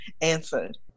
answered